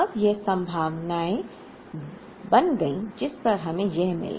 अब यह संभावनाएं बन गईं जिस पर हमें यह मिला